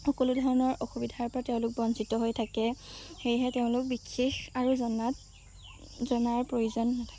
সকলো ধৰণৰ অসুবিধাৰপৰা তেওঁলোক বঞ্চিত হৈ থাকে সেয়েহে তেওঁলোক বিশেষ আৰু জনাত জনাৰ প্ৰয়োজন নাথাকে